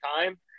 time